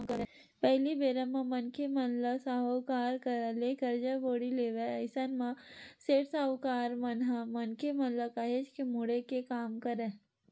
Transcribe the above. पहिली बेरा म मनखे मन सेठ, साहूकार करा ले करजा बोड़ी लेवय अइसन म सेठ, साहूकार मन ह मनखे मन ल काहेच के मुड़े के काम करय